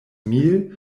mil